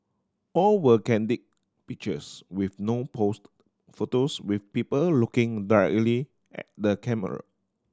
all were candid pictures with no posed photos with people looking directly at the camera